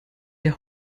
der